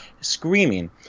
screaming